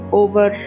over